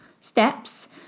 steps